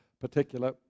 particular